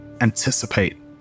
anticipate